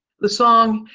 the song,